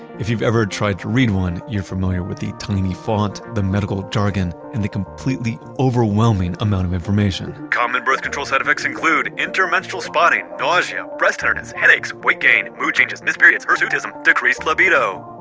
if you've ever tried to read one, you're familiar with the tiny font, the medical jargon and the completely overwhelming amount of information common birth control side effects include intermenstrual spotting, nausea, breast tenderness, headaches, weight gain, mood changes, mysterious hirsutism, decreased libido,